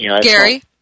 Gary